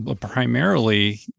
primarily